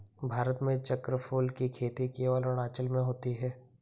भारत में चक्रफूल की खेती केवल अरुणाचल में होती है